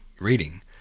reading